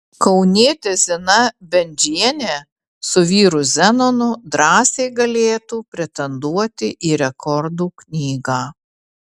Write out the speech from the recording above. kaunietė zina bendžienė su vyru zenonu drąsiai galėtų pretenduoti į rekordų knygą